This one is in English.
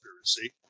Conspiracy